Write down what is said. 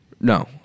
No